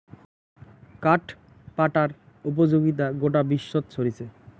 কাঠ পাটার উপযোগিতা গোটা বিশ্বত ছরিচে